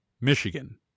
Michigan